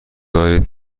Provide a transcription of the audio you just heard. دارید